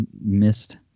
missed